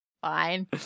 Fine